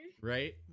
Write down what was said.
right